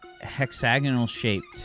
hexagonal-shaped